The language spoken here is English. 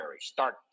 Start